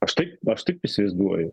aš taip aš taip įsivaizduoju